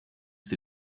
sie